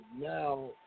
now